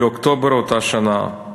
באוקטובר אותה שנה,